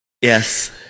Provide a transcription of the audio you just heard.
Yes